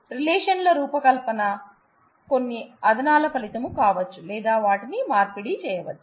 రిలేషన్ల రూపకల్పన కొన్ని అదనలా ఫలితం కావచ్చు లేదా వాటిని మార్పిడి చేయవచ్చు